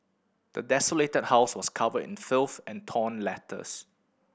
the desolated house was covered in filth and torn letters